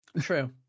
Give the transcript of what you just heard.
True